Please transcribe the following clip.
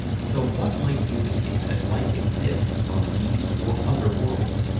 so what might indicate that life exists on these or other worlds?